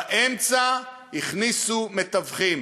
באמצע הכניסו מתווכים